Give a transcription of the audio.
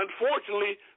Unfortunately